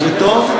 זה טוב?